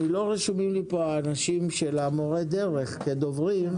לא רשומים לי פה האנשים של מורי הדרך כדוברים,